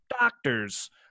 doctors